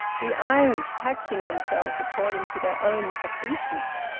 the irish taxing themselves according to their own caprices!